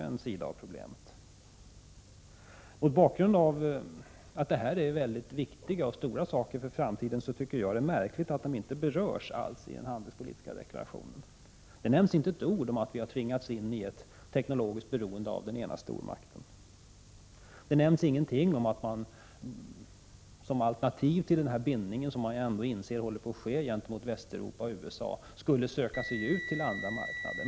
Mot denna bakgrund är det anmärkningsvärt att dessa för framtiden så viktiga problem inte alls berörs i den handelspolitiska deklarationen. Där nämns inte ett ord om att vi har tvingats in i ett teknologiskt beroende av den ena stormakten. Det nämns ingenting om att man som alternativ till denna bindning till Västeuropa och USA, som man inser håller på att ske, skulle söka sig ut till andra marknader.